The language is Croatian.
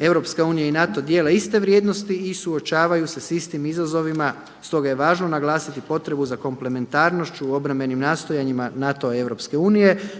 ljeto. EU i NATO dijele iste vrijednosti i suočavaju se s istim izazovima stoga je važno naglasiti potrebu za komplementarnošću u obrambenim nastojanjima NATO-a i EU